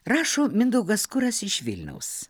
rašo mindaugas kuras iš vilniaus